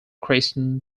christian